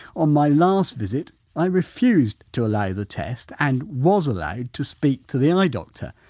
on my last visit i refused to allow the test and was allowed to speak to the eye doctor,